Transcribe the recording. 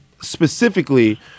specifically